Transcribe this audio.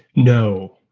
no.